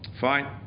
Fine